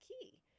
key